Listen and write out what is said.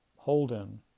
Holden